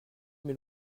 mais